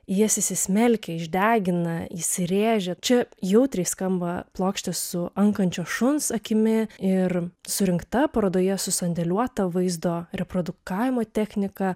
į jas įsismelkia išdegina įsirėžia čia jautriai skamba plokštės su ankančio šuns akimi ir surinkta parodoje susandėliuota vaizdo reprodukavimo technika